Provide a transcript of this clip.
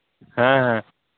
ᱦᱮᱸ